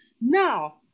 Now